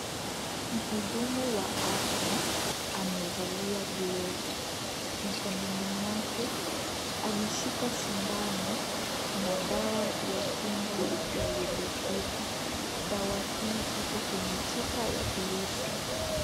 Mhudumu wa afya amevalia glovu. Mikononi mwake ameshika sindano na dawa ya yellow fever dawa hii Iko kwenye chupa ya glisi.